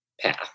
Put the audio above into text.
path